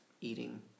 eating